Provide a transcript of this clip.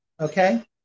okay